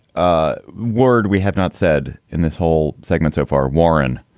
ah word we have not said in this whole segment so far, warren.